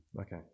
Okay